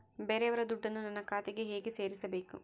ಬೇರೆಯವರ ದುಡ್ಡನ್ನು ನನ್ನ ಖಾತೆಗೆ ಹೇಗೆ ಸೇರಿಸಬೇಕು?